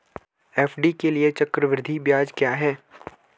FD के लिए चक्रवृद्धि ब्याज क्या है?